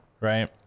right